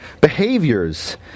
behaviors